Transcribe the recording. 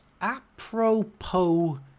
Apropos